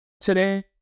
Today